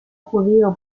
judío